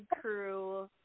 crew